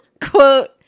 quote